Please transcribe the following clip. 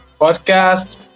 podcast